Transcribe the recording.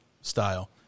style